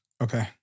Okay